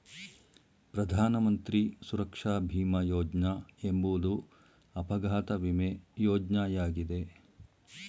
ಪ್ರಧಾನ ಮಂತ್ರಿ ಸುರಕ್ಷಾ ಭೀಮ ಯೋಜ್ನ ಎಂಬುವುದು ಅಪಘಾತ ವಿಮೆ ಯೋಜ್ನಯಾಗಿದೆ